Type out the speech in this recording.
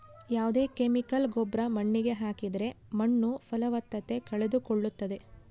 ಯಾವ್ದೇ ಕೆಮಿಕಲ್ ಗೊಬ್ರ ಮಣ್ಣಿಗೆ ಹಾಕಿದ್ರೆ ಮಣ್ಣು ಫಲವತ್ತತೆ ಕಳೆದುಕೊಳ್ಳುತ್ತದೆ